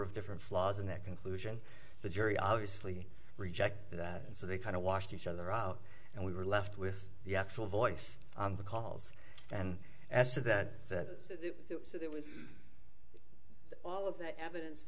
of different flaws in that conclusion the jury obviously rejected that and so they kind of washed each other out and we were left with the actual voice on the calls and as to that that there was all of that evidence